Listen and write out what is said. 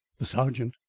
the sergeant,